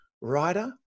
writer